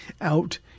out